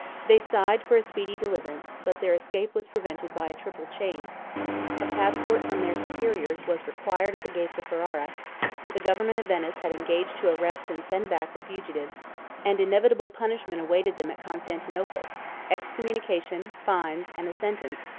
they sighed for a speedy deliverance, but their escape was prevented by a triple chain a passport from their superiors was required at the gates of ferrara the government of venice had engaged to arrest and send back the fugitives and inevitable punishment awaited them at constantinople excommunication, fines, and a sentence,